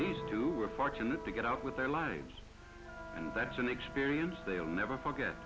these two were fortunate to get out with their lives and that's an experience they will never forget